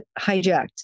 hijacked